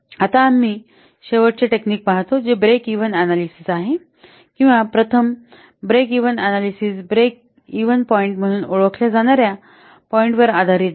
आता आम्ही शेवटचे तंत्र पाहतो जे ब्रेक इव्हन अनॅलिसिस आहे किंवा प्रथम break even analysis break even point म्हणून ओळखल्या जाणाऱ्या पॉईंट वर आधारित पाहू